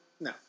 No